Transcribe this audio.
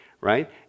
right